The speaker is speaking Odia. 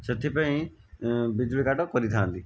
ସେଥିପାଇଁ ବିଜୁଳି କାଟ କରିଥାନ୍ତି